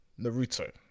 Naruto